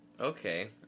Okay